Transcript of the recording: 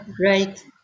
right